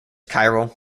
chiral